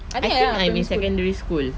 I think around I'm in secondary school